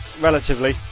relatively